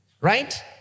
right